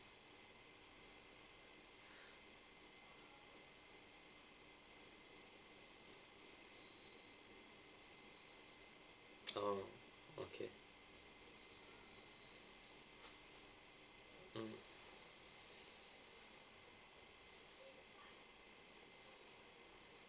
oh okay mm